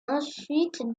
ensuite